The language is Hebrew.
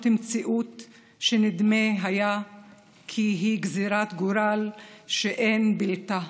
מציאות שנדמה היה כי היא גזרת גורל שאין בלתה,